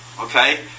Okay